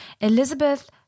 Elizabeth